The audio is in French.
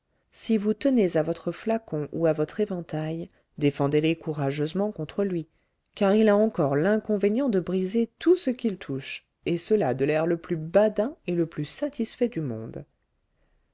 si vous tenez à votre flacon ou à votre éventail défendez les courageusement contre lui car il a encore l'inconvénient de briser tout ce qu'il touche et cela de l'air le plus badin et le plus satisfait du monde